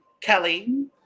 Kelly